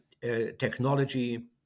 technology